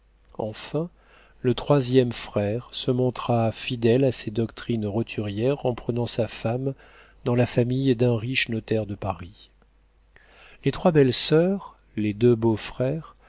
enfin le troisième frère se montra fidèle à ses doctrines roturières en prenant sa femme dans la famille d'un riche notaire de paris les trois belles soeurs les deux beaux-frères